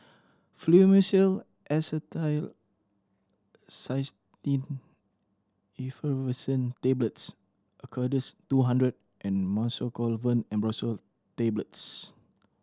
Fluimucil Effervescent Tablets Acardust two hundred and Mucosolvan Ambroxol Tablets